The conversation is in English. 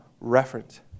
reference